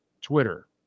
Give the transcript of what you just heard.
Twitter